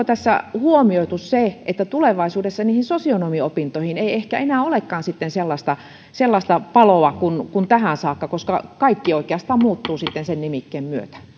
tässä huomioitu se että tulevaisuudessa niihin sosionomiopintoihin ei ehkä enää olekaan sitten sellaista sellaista paloa kuin tähän saakka koska kaikki oikeastaan muuttuu sitten sen nimikkeen myötä